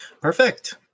Perfect